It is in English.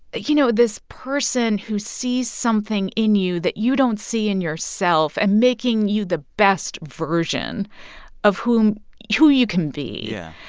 you know, this person who sees something in you that you don't see in yourself and making you the best version of whom who you can be. yeah.